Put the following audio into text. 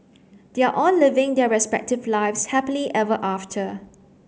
they are all living their respective lives happily ever after